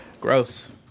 Gross